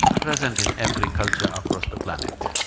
present in every culture across the planet.